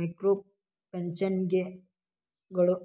ಮೈಕ್ರೋಫೈನಾನ್ಸ್ಗಳು